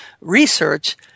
research